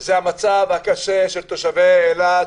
היא המצב הקשה של תושבי אילת,